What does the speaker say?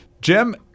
Jim